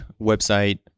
website